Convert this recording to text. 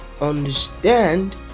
understand